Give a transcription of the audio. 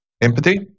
empathy